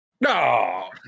No